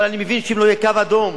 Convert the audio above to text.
אבל אני מבין שאם לא יהיה קו אדום,